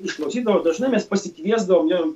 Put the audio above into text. išklausydavo dažnai mes pasikviesdavom